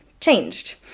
changed